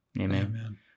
Amen